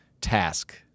task